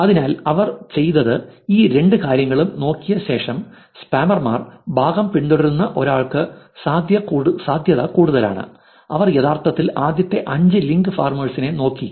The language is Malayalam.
അതിനാൽ അവർ ചെയ്തത് ഈ രണ്ട് കാര്യങ്ങളും നോക്കിയ ശേഷം സ്പാമർ ഭാഗം പിന്തുടരുന്ന ഒരാൾക്ക് സാധ്യത കൂടുതലാണ് അവർ യഥാർത്ഥത്തിൽ ആദ്യത്തെ അഞ്ച് ലിങ്ക് ഫാർമേഴ്സ് ഇനെ നോക്കി